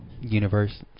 universe